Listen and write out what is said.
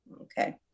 Okay